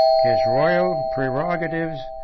his royal prerogatives,